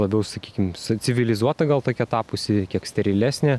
labiau sakykim civilizuota gal tokia tapusi kiek sterilesnė